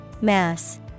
Mass